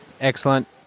excellent